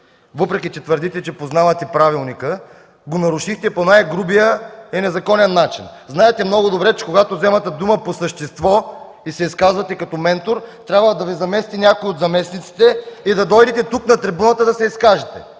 въпреки че твърдите, че познавате правилника, го нарушихте по най-грубия и незаконен начин. Знаете много добре, че когато вземате дума по същество и се изказвате като ментор, трябва да бъдете заместена от някой от заместник-председателите и да дойдете тук от трибуната да се изкажете.